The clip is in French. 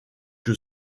que